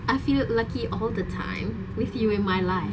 I feel lucky all the time with you in my life